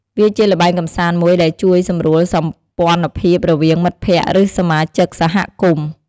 វាជាល្បែងកម្សាន្តមួយដែលជួយសម្រួលសម្ព័ន្ធភាពរវាងមិត្តភក្តិ ឬសមាជិកសហគមន៍។